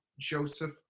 Joseph